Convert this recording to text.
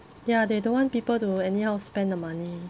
ya they don't want people to anyhow spend the money